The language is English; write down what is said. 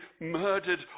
murdered